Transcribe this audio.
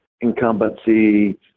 incumbency